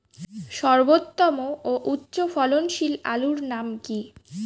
সর্বোত্তম ও উচ্চ ফলনশীল আলুর নাম কি?